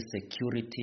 Security